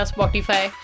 Spotify